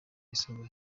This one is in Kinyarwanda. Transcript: isoza